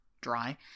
dry